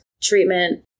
treatment